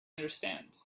understand